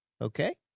okay